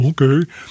okay